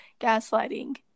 Gaslighting